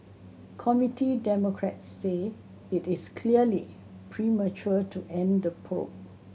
Committee Democrats say it is clearly premature to end the probe